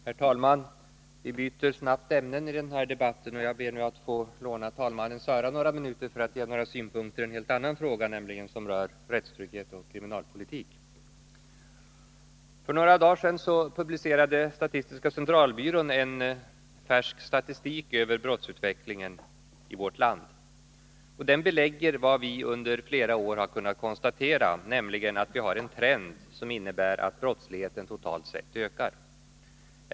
Herr talman! Vi byter snabbt ämne i den här debatten. Jag ber att få låna talmannens öra några minuter för att ge några synpunkter på en annan fråga, som rör rättstrygghet och kriminalpolitik. För några dagar sedan publicerade statistiska centralbyrån, SCB, en färsk statistik över brottsutvecklingen i vårt land. Den belägger vad vi under flera år kunnat konstatera, nämligen att vi har en trend som innebär att brottsligheten totalt sett ökar.